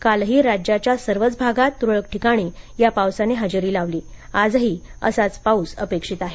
कालही राज्याच्या सर्वच भागात त्रळक ठिकाणी या पावसानी हजेरी लावली आजही असाच पाऊस अपेक्षित आहे